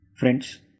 Friends